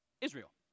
Israel